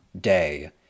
Day